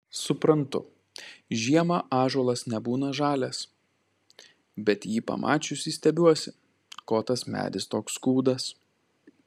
suprantu žiemą ąžuolas nebūna žalias bet jį pamačiusi stebiuosi ko tas medis toks kūdas